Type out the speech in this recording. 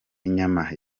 inyama